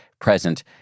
present